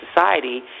society